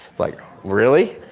like, really?